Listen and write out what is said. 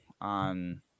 on